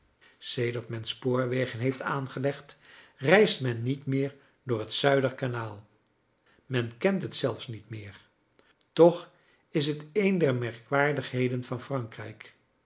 sedert men spoorwegen heeft aangelegd reist men niet meer door het zuiderkanaal men kent het zelfs niet meer toch is het een der merkwaardigheden van frankrijk